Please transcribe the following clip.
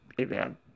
Amen